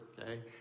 Okay